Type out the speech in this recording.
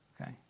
Okay